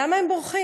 למה הם בורחים?